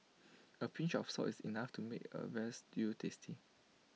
A pinch of salt is enough to make A Veal Stew tasty